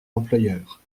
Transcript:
employeurs